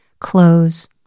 close